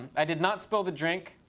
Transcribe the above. i did not spill the drink.